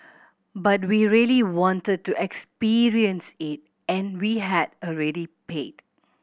but we really wanted to experience it and we had already paid